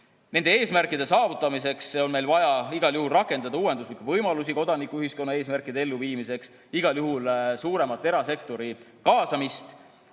Nende eesmärkide saavutamiseks on meil vaja igal juhul rakendada uuenduslikke võimalusi kodanikuühiskonna eesmärkide elluviimiseks, igal juhul suuremat erasektori kaasamist,